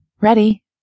Ready